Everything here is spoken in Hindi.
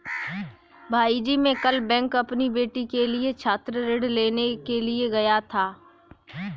भाईजी मैं कल बैंक अपनी बेटी के लिए छात्र ऋण लेने के लिए गया था